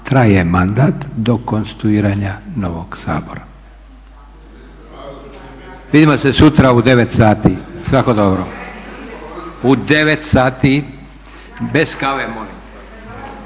traje mandat do konstituiranja novog Sabora.